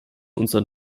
unseren